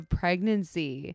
pregnancy